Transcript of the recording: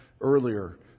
earlier